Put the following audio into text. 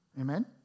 Amen